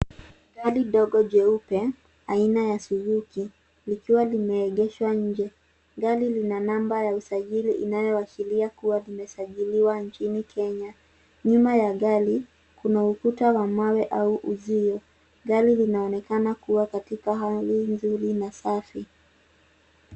Gari ndogo jeupe aina ya Suzuki, likiwa limeegeshwa nje. Gari lina namba ya usajili inayoashiria kua limesajiliwa nchini Kenya. Nyuma ya gari, kuna ukuta wa mawe au uzio. Gari linaonekana kua katika hali nzuri na safi.